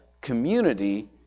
Community